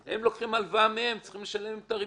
שלוקחים הלוואה מהם והם צריכים לשלם את הריבית.